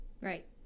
Right